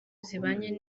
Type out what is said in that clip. zibanye